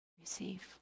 receive